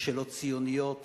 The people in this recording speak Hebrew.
בשאלות ציוניות